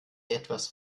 etwas